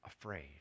afraid